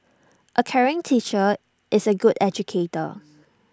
A caring teacher is A good educator